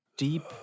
Deep